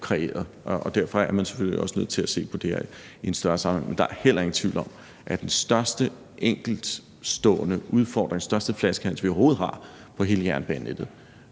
kreeret, og derfor er man selvfølgelig også nødt til at se på det i en større sammenhæng. Men der er heller ingen tvivl om, at den største enkeltstående udfordring, den største flaskehals, vi overhovedet har på hele jernbanenettet